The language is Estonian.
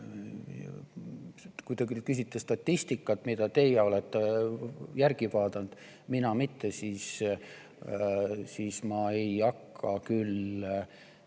Kui te nüüd küsite statistika kohta, mida teie olete järgi vaadanud ja mina mitte, siis ma ei hakka küll